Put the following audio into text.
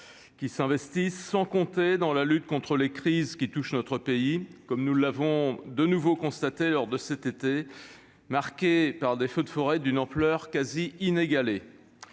tous s'investissent sans compter dans la lutte contre les crises qui touchent notre pays, comme nous l'avons de nouveau constaté cet été, marqué par des feux de forêt d'une ampleur quasi inégalée.